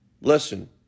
Listen